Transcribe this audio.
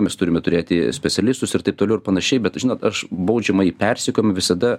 mes turime turėti specialistus ir taip toliau ir panašiai bet žinot aš baudžiamąjį persekiojimą visada